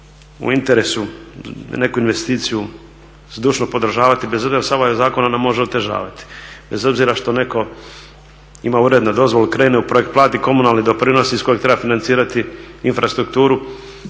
u interesu neku investiciju zdušno podržavati bez obzira jel' se ovaj zakon ona može otežavati, bez obzira što netko ima urednu dozvolu, krene u projekt, plati komunalni doprinos iz kojeg treba financirati infrastrukturu.